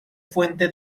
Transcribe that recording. fuente